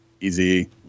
Easy